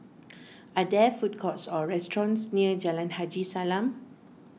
are there food courts or restaurants near Jalan Haji Salam